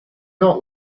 not